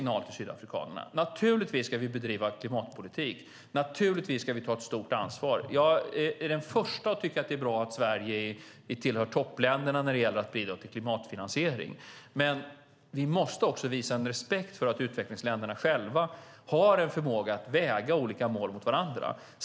Naturligtvis ska vi bedriva klimatpolitik. Naturligtvis ska vi ta ett stort ansvar. Jag är den första att tycka att det är bra att Sverige tillhör toppländerna när det gäller att bidra till klimatfinansiering. Men vi måste också visa en respekt för att utvecklingsländerna själva har en förmåga att väga olika mål mot varandra.